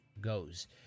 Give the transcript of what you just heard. goes